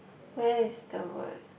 where is the word